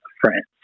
friends